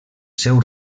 seu